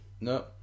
No